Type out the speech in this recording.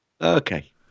Okay